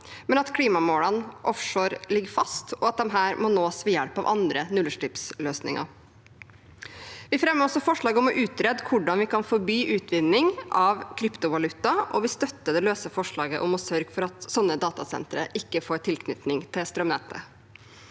men at klimamålene offshore skal ligge fast og må nås ved hjelp av andre nullutslippsløsninger. Vi fremmer også forslag om å utrede hvordan vi kan forby utvinning av kryptovaluta, og vil støtte det løse forslaget om å sørge for at sånne datasentre ikke får tilknytning til strømnettet.